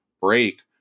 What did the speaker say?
break